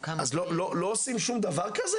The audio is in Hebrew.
לא עושים שום דבר?